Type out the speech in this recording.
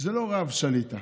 זה לא רב שליט"א,